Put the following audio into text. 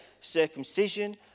circumcision